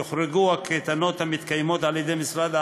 יוחרגו הקייטנות המתקיימות על-ידי משרד העבודה,